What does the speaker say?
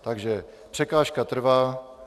Takže překážka trvá...